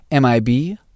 MIB